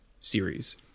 series